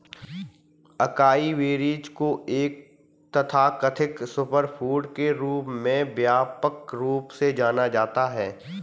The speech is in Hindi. अकाई बेरीज को एक तथाकथित सुपरफूड के रूप में व्यापक रूप से जाना जाता है